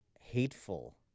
hateful